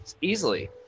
Easily